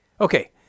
Okay